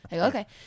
okay